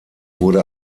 wurde